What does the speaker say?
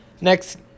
Next